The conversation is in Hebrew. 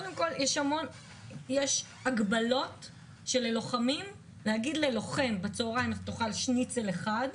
יש הגבלות כמו להגיד ללוחם בצוהריים תאכל שניצל אחד,